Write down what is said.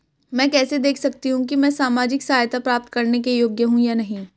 मैं कैसे देख सकती हूँ कि मैं सामाजिक सहायता प्राप्त करने के योग्य हूँ या नहीं?